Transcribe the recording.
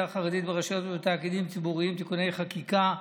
החרדית ברשויות ובתאגידים ציבוריים (תיקוני חקיקה),